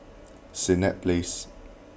Senett Place